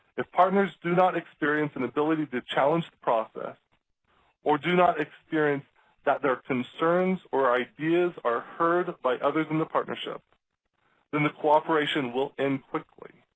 if partners do not experience an ability to challenge the process or do not experience that their concerns or ideas are heard by others in the partnership then the cooperation will end quickly.